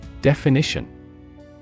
Definition